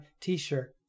t-shirt